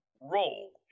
role